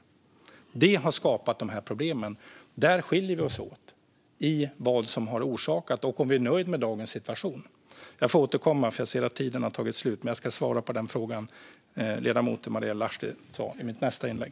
Det har skapat de här problemen. Där skiljer vi oss åt: i vad som har orsakat dagens situation och om vi är nöjda med den. Jag får återkomma. Jag ser att min talartid är slut, men jag ska svara på ledamoten Marielle Lahtis fråga i mitt nästa inlägg.